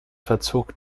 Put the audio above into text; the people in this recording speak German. verzog